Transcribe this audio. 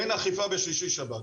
אין אכיפה בשישי שבת.